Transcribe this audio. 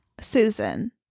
Susan